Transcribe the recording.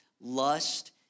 lust